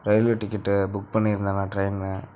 railway ticket book பண்ணியிருந்தேண்ணா train